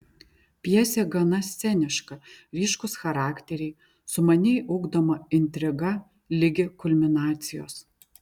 pjesė gana sceniška ryškūs charakteriai sumaniai ugdoma intriga ligi kulminacijos